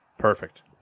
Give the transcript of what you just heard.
Perfect